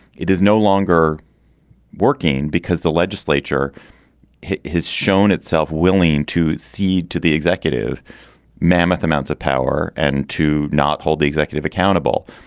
it is no longer working because the legislature has shown itself willing to cede to the executive mammoth amounts of power and to not hold the executive accountable.